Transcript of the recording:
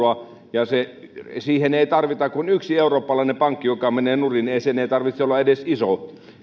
euroa ja siihen ei tarvita kuin yksi eurooppalainen pankki joka menee nurin sen ei tarvitse olla edes iso